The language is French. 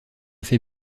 fais